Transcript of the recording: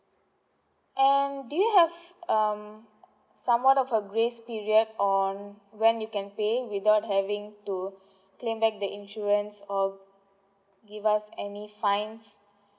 and do you have um somewhat of a grace period on when you can pay without having to claim back the insurance or give us any fines